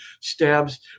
stabs